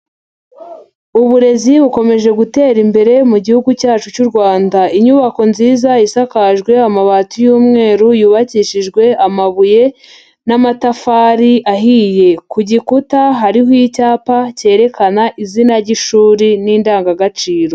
uburezi bukomeje gutera imbere mu gihugu cyacu cy'u Rwanda. Inyubako nziza isakajwe amabati y'umweru yubakishijwe amabuye n'amatafari ahiye. Ku gikuta hariho icyapa cyerekana izina ry'ishuri n'indangagaciro.